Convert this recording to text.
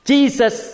Jesus